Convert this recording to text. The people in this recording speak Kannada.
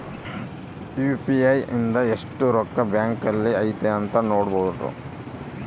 ಯು.ಪಿ.ಐ ಇಂದ ಎಸ್ಟ್ ರೊಕ್ಕ ಬ್ಯಾಂಕ್ ಅಲ್ಲಿ ಐತಿ ಅಂತ ನೋಡ್ಬೊಡು